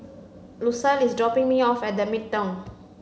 Lucille is dropping me off at The Midtown